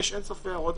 ויש אין סוף הערות,